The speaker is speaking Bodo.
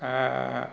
ओ